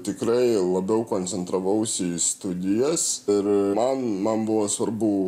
tikrai labiau koncentravausi į studijas ir man man buvo svarbu